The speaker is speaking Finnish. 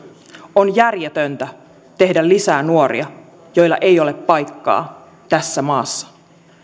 on järjetöntä tehdä lisää nuoria joilla ei ole paikkaa tässä maassa